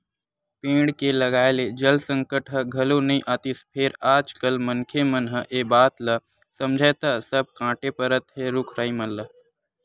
पेड़ के लगाए ले जल संकट ह घलो नइ आतिस फेर आज कल मनखे मन ह ए बात ल समझय त सब कांटे परत हे रुख राई मन ल